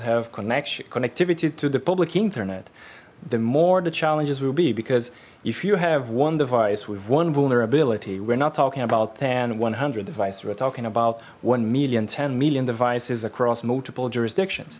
have connection connect ibbity to the public internet the more the challenges will be because if you have one device with one vulnerability we're not talking about ten one hundred devices we are talking about one million ten million devices across multiple jurisdictions